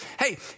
hey